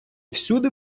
всюди